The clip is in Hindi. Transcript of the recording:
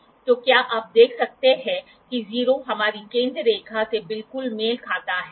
तो अब क्या होगा क्या आप जानते हैं कि यह सपाट प्लेट है